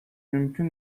mümkün